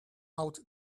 out